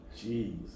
Jeez